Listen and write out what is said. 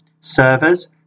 servers